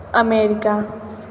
America